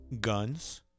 Guns